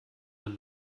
man